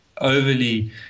overly